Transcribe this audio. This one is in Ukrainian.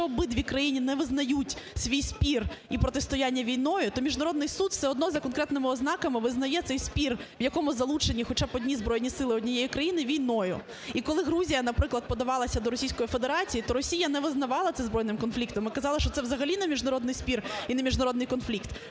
якщо обидві країни не визнають свій спір і протистояння війною, то міжнародний суд все одно за конкретними ознаками визнає цей спір, в якому залучені хоча б одні Збройні сили однієї країни війною. І Грузія, наприклад, подавалася до Російської Федерації, то Росія не визнавала це збройним конфліктом, а казала, що це взагалі не міжнародний спір і не міжнародний конфлікт.